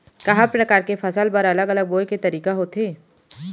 का हर प्रकार के फसल बर अलग अलग बोये के तरीका होथे?